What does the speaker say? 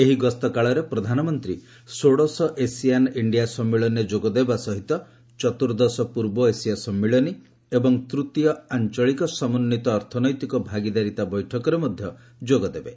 ଏହି ଗସ୍ତ କାଳରେ ପ୍ରଧାନମନ୍ତ୍ରୀ ଷୋଡ଼ଶ ଏସିଆନ୍ ଇଣ୍ଡିଆ ସମ୍ମିଳନୀରେ ଯୋଗଦେବା ସହିତ ଚତ୍ର୍ଦ୍ଦଶ ପୂର୍ବ ଏସିଆ ସମ୍ମିଳନୀ ଏବଂ ତୂତୀୟ ଆଞ୍ଚଳିକ ସମନ୍ଧିତ ଅର୍ଥନୈତିକ ଭାଗିଦାରିତା ବୈଠକରେ ମଧ୍ୟ ଯୋଗଦେବେ